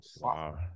wow